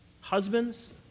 Husbands